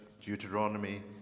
Deuteronomy